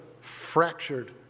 fractured